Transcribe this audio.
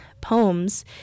poems